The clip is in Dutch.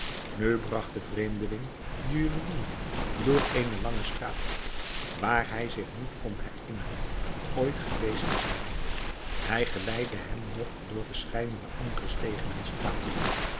de vreemdeling den juwelier door eene lange straat waar hij zich niet kon herinneren ooit geweest te zijn hij geleidde hem nog door verscheidene andere stegen en straten